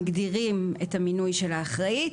מגדירים את המינוי של האחראית,